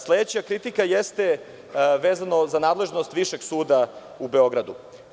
Sledeća kritika jeste vezano za nadležnost Višeg suda u Beogradu.